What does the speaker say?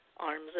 arms